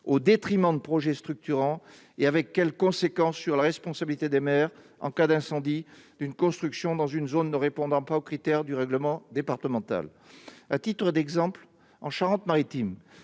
au détriment de projets structurants. Quelles seront en outre les conséquences en termes de responsabilité des maires en cas d'incendie d'une construction dans une zone ne répondant pas aux caractéristiques du règlement départemental ? À titre d'exemple, en Charente-Maritime,